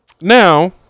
Now